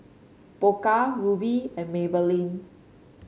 Pokka Rubi and Maybelline